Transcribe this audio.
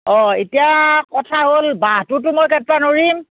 অঁ এতিয়া কথা হ'ল বাঁহটোতো মই কাটিব নোৱাৰিম